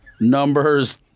Numbers